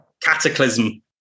cataclysm